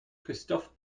christophe